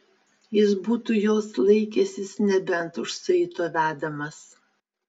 jis būtų jos laikęsis nebent už saito vedamas